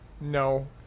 no